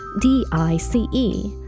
D-I-C-E